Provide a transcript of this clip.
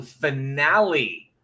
finale